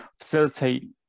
facilitate